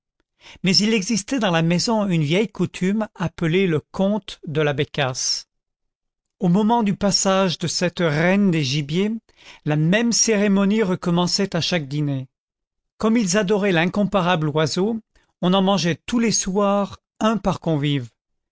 mais il existait dans la maison une vieille coutume appelée le conte de la bécasse au moment du passage de cette reine des gibiers la même cérémonie recommençait à chaque dîner comme ils adoraient l'incomparable oiseau on en mangeait tous les soirs un par convive